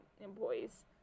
employees